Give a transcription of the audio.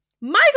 Michael